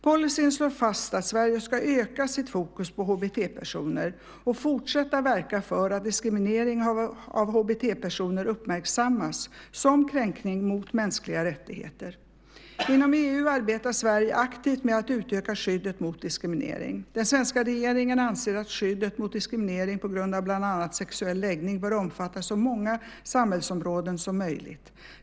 Policyn slår fast att Sverige ska öka sitt fokus på HBT-personer och fortsätta verka för att diskriminering av HBT-personer uppmärksammas som en kränkning mot mänskliga rättigheter. Inom EU arbetar Sverige aktivt med att utöka skyddet mot diskriminering. Den svenska regeringen anser att skyddet mot diskriminering på grund av bland annat sexuell läggning bör omfatta så många samhällsområden som möjligt.